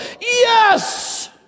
Yes